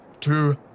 two